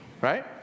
right